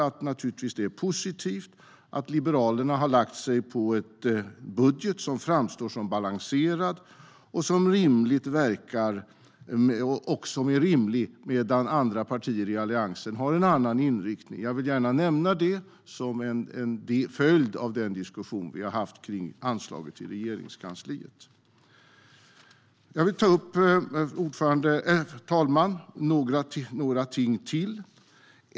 Vi menar naturligtvis att det är positivt att Liberalerna har lagt fram en budget som framstår som balanserad och rimlig. Andra partier i Alliansen har en annan inriktning. Jag vill gärna nämna det som en följd av den diskussion vi har haft kring anslaget till Regeringskansliet. Herr talman! Jag vill ta upp några ting till.